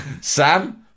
Sam